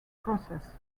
process